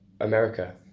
America